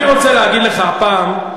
אני רוצה להגיד לך הפעם,